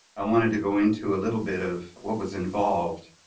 i wanted to go into a little bit of what was involved.